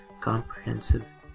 comprehensive